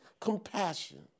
compassion